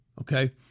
okay